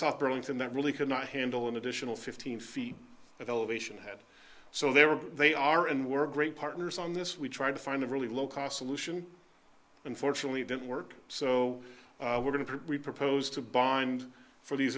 south burlington that really could not handle an additional fifteen feet of elevation ahead so they were they are and were great partners on this we tried to find a really low cost solution unfortunately didn't work so we're going to propose to bind for these